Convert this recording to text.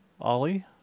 Ollie